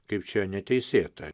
kaip čia neteisėta